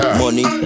money